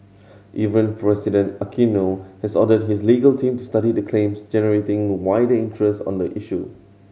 Even President Aquino has ordered his legal team to study the claims generating wider interest on the issue